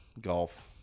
Golf